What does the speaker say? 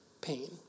pain